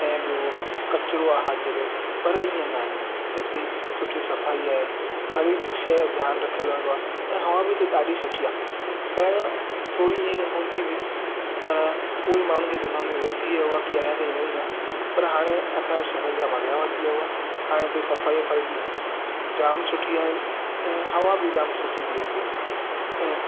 ऐं ॿियों कचिरो आहे हर जॻहि पर ईअं न आहे हिते सुठी सफ़ाई आहे हर हिकु शइ जो ध्यानु रखियलु वेंदो आहे ऐं हवा बि हिते सुठी आहे पहिरियों थोरी ईअं हूंदी हुई पर उहे माण्हू जे दिमाग़ में विहिजी वियो आहे की अञा ताईं हूंअं ई आहे पर हाणे असांजो शहर जाम अॻियां वधी वियो आहे हाणे हिते सफ़ाई वफ़ाई बि जाम सुठी आहे ऐं हवा बि जाम सुठी थी हले ऐं